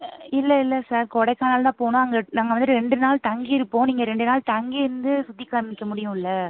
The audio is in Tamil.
இல்லை இல்லை சார் கொடைக்கானல் தான் போகணும் அங்கே நாங்கள் வந்துவிட்டு ரெண்டு நாள் தங்கியிருப்போம் நீங்கள் ரெண்டு நாள் தங்கிருந்து சுற்றி காம்மிக்க முடியும் இல்லை